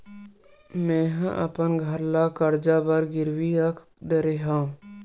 मेहा अपन घर ला कर्जा बर गिरवी रख डरे हव